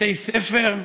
בתי-ספר.